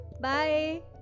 Bye